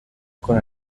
con